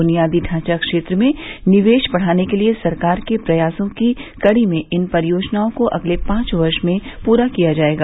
बुनियादी ढांचा क्षेत्र में निवेश बढ़ाने के सरकार के प्रयासों की कड़ी में इन परियोजनाओं को अगले पांच वर्ष में पूरा किया जायेगा